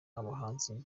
abahanzi